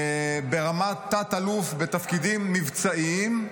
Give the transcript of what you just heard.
ברמת תת-אלוף בתפקידים מבצעיים,